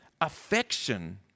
affection